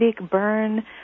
burn